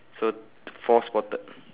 so four spotted